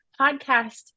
podcast